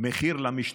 "מחיר למשתפן".